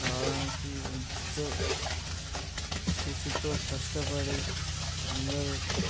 రావడానికి ఎంతో కృషితో కష్టపడి అందరూ